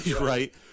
Right